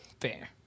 Fair